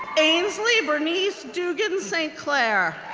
ainsley bernice dugan st. clair,